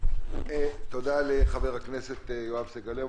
תודה לחבר הכנסת יואב סגלוביץ'.